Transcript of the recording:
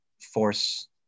force